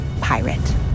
pirate